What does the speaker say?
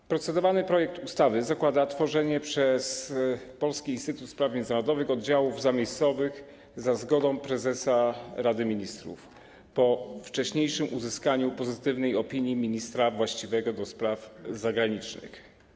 W procedowanym projekcie ustawy zakłada się tworzenie przez Polski Instytut Spraw Międzynarodowych oddziałów zamiejscowych za zgodą prezesa Rady Ministrów, po wcześniejszym uzyskaniu pozytywnej opinii ministra właściwego do spraw zagranicznych.